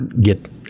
get